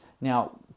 Now